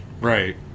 Right